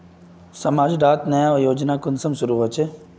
समाज डात नया योजना कुंसम शुरू होछै?